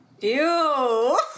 Ew